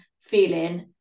feeling